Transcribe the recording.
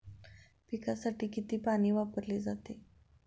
पिकांसाठी किती पाणी वापरले जाते?